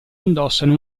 indossano